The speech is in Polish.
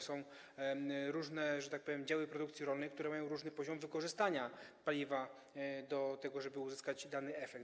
Są różne, że tak powiem, działy produkcji rolnej, które mają różny poziom wykorzystania paliwa do tego, żeby uzyskać dany efekt.